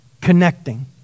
connecting